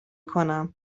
کنم